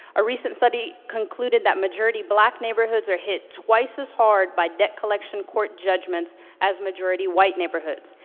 a recent study concluded that majority black neighborhoods are hit twice as hard by debt collection court judgments as majority white neighborhoods,